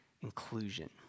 inclusion